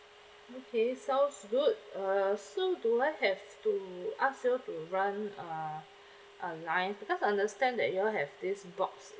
okay sounds good uh so do I have to ask you all to run uh a line because I understand that you all have this box